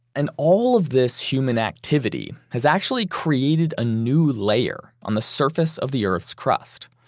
and all of this human activity has actually created a new layer on the surface of the earth's crust.